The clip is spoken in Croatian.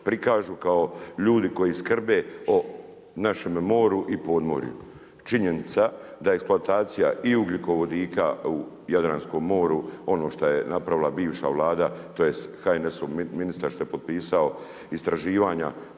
prikažu kao ljudi koji skrbe o našem moru i podmorju. Činjenica da eksploatacija i ugljikovodika u Jadranskom moru, ono šta je napravila bivša Vlada, tj. HNS ministar što je potpisao istraživanja,